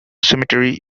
cemetery